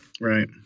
right